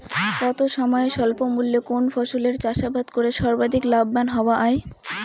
কম সময়ে স্বল্প মূল্যে কোন ফসলের চাষাবাদ করে সর্বাধিক লাভবান হওয়া য়ায়?